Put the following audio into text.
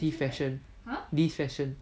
this fashion this fashion